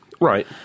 Right